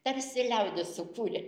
tarsi liaudis sukūrė